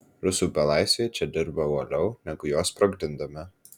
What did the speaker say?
rusų belaisviai čia dirbo uoliau negu juos sprogdindami